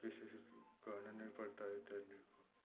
किसी से कहना नहीं पड़ता है तैरने के लिए